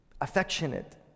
affectionate